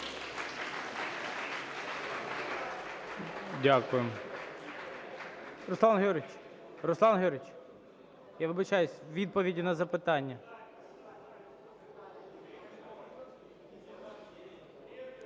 Руслан Георгійович, я вибачаюся, відповіді на запитання.